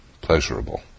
pleasurable